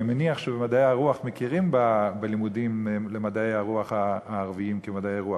אני מניח שבמדעי הרוח מכירים בלימודים של מדעי הרוח הערביים כמדעי רוח,